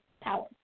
power